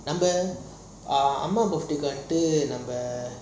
நம்ம அம்மா புப்ட்டுக்கு வந்து நம்ம:namma amma buftuku vantu namma